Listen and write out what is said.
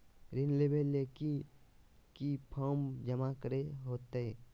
ऋण लेबे ले की की फॉर्म जमा करे होते?